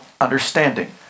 understanding